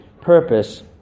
purpose